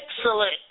excellent